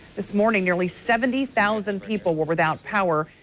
this morning nearly seventy thousand people were without power.